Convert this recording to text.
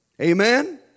Amen